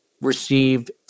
received